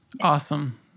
Awesome